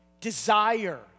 Desire